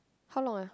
how long ah